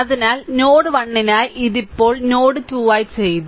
അതിനാൽ നോഡ് 1 നായി ഇത് ഇപ്പോൾ നോഡ് 2 നായി ചെയ്തു